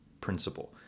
principle